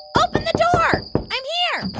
open the door i'm here.